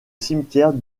cimetière